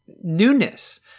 newness